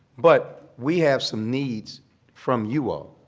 but we have some needs from you all.